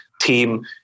team